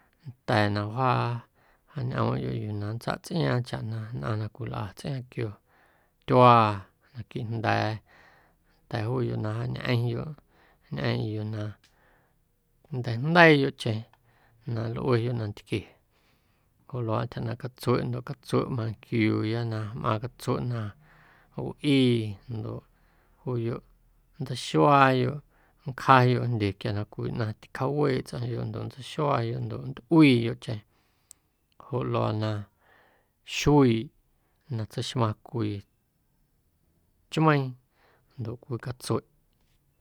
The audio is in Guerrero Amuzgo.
Nnda̱a̱ na wjaa wjaañꞌoomꞌyoꞌ yuu na nntsaꞌ tsꞌiaaⁿ chaꞌ na nnꞌaⁿ na cwilꞌa tsꞌiaaⁿ quio tyuaa naquiiꞌ jnda̱a̱ nnda̱a̱ juuyoꞌ na jaañꞌeⁿyoꞌ ñꞌeeⁿꞌ yuu na nnteijndeiiyoꞌcheⁿ na nlꞌueyoꞌ nantquie joꞌ luaaꞌ ntyja ꞌnaaⁿꞌ catsueꞌ ndoꞌ catsueꞌ manquiuuya na mꞌaaⁿ catsueꞌ na wꞌii ndoꞌ juuyoꞌ nntseixuaayoꞌ, nncjayoꞌ jndye quia na cwii ꞌnaⁿ na ticjaaweeꞌ tsꞌomyoꞌ ndoꞌ nntseixuaayoꞌ ndoꞌ nntꞌuiiyoꞌcheⁿ joꞌ luaa na xuiiꞌ na tseixmaⁿ cwii chmeiiⁿ ndoꞌ cwii catsueꞌ.